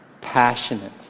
Passionate